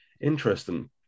interesting